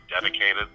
dedicated